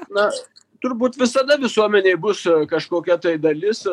na turbūt visada visuomenėj bus kažkokia tai dalis